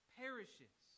perishes